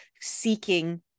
seeking